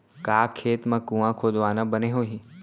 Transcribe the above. का खेत मा कुंआ खोदवाना बने होही?